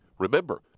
Remember